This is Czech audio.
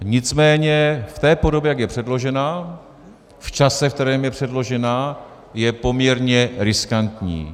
Nicméně v té podobě, jak je předložena, v čase, ve kterém je předložena, je poměrně riskantní.